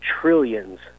trillions